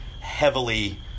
heavily